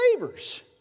believers